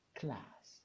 class